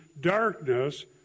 darkness